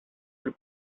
plus